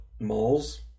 malls